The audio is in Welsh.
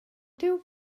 dyw